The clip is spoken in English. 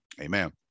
Amen